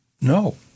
No